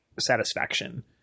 satisfaction